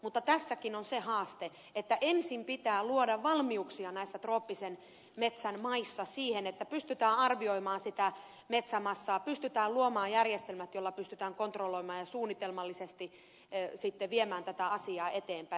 mutta tässäkin on se haaste että ensin pitää luoda valmiuksia näissä trooppisen metsän maissa siihen että pystytään arvioimaan sitä metsämassaa pystytään luomaan järjestelmät joilla pystytään kontrolloimaan ja suunnitelmallisesti viemään tätä asiaa eteenpäin